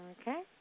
Okay